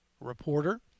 reporter